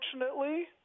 unfortunately